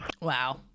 Wow